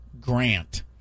Grant